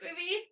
movie